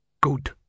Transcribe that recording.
Good